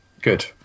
good